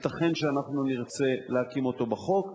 ייתכן שנרצה להקים אותו בחוק,